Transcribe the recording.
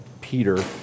Peter